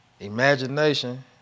Imagination